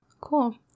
Cool